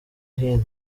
hino